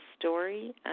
story